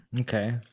Okay